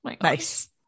nice